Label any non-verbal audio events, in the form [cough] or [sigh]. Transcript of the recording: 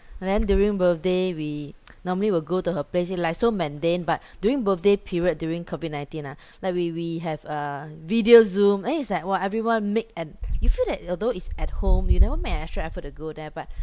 and then during birthday we [noise] normally we'll go to her place it's like so mundane but during birthday period during COVID nineteen ah like we we have a video zoom eh it's like !wah! everyone make an you feel that although it's at home you never make an extra effort to go there but